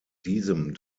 diesem